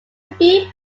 three